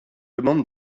demande